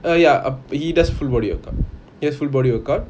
uh ya err he does full body workout yes full body workout